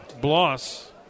Bloss